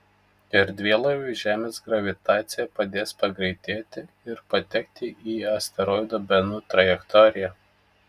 erdvėlaiviui žemės gravitacija padės pagreitėti ir patekti į asteroido benu trajektoriją